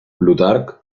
plutarc